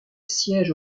siège